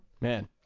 Man